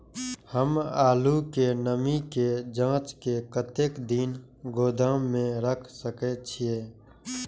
हम आलू के नमी के जाँच के कतेक दिन गोदाम में रख सके छीए?